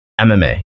MMA